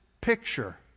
picture